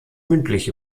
mündlich